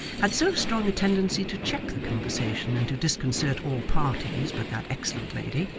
had so strong a tendency to check the conversation and to disconcert all parties but that excellent lady,